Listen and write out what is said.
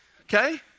okay